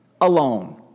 alone